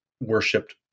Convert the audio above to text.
worshipped